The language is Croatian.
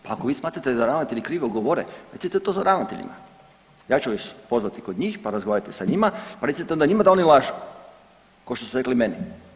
Pa ako vi smatrate da ravnatelji krivo govore recite to ravnateljima, ja ću ih pozvati kod njih, pa razgovarajte sa njima, pa recite onda njima da oni lažu kao što ste rekli meni.